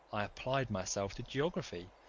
i applied myself to geography,